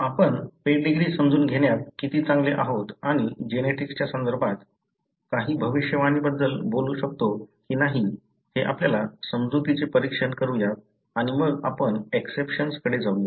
आपण पेडीग्री समजून घेण्यात किती चांगले आहोत आणि जेनेटिक्सच्या संदर्भात काही भविष्यवाणीबद्दल बोलू शकतो की नाही हे आपल्या समजुतीचे परीक्षण करूया आणि मग आपण एक्सेपशन्स कडे जाऊया